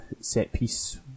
set-piece